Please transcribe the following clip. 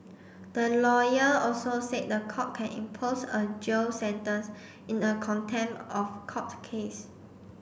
the lawyer also said the court can impose a jail sentence in a contempt of court case